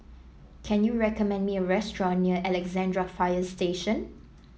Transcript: can you recommend me a restaurant near Alexandra Fire Station